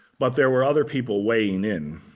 but there were other people weighing in,